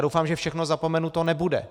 Doufám, že všechno zapomenuto nebude.